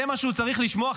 זה מה שהוא צריך לשמוע,